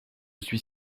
suis